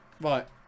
Right